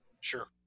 Sure